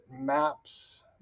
maps